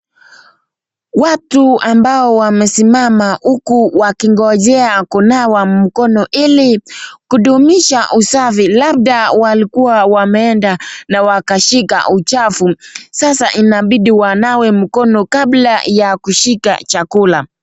Watu ambao wamesimama uku wakigonjea kunawa mkono ili kudumisha usafi labda walikuwa wameenda na wakashika uchafu sasa inabidi wanawe mkono kabla ya kushika chakula.